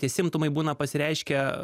tie simptomai būna pasireiškia